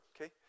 Okay